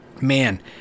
Man